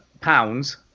pounds